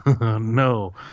No